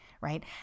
right